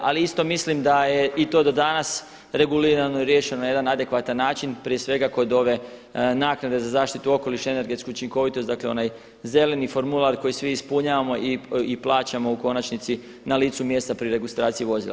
Ali isto mislim da je i to do danas regulirano i riješeno na jedan adekvatan način prije svega kod ove naknade za zaštitu okoliša i energetsku učinkovitost dakle onaj zeleni formular koji svi ispunjavamo i plaćamo u konačnici na licu mjesta pri registraciji vozila.